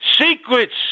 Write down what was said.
Secrets